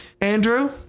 Andrew